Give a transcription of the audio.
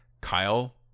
Kyle